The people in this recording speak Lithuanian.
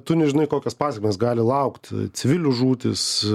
tu nežinai kokios pasekmės gali laukt civilių žūtys